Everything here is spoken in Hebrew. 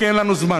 כי אין לנו זמן,